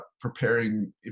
preparing